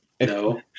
No